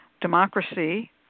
democracy